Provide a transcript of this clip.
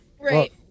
right